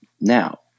now